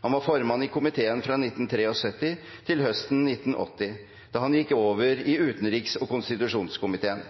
Han var formann i komiteen fra 1973 til høsten 1980, da han gikk over i utenriks- og konstitusjonskomiteen.